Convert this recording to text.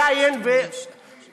יעקב היין, יעקב היה אחיו.